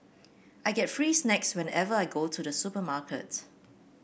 I get free snacks whenever I go to the supermarket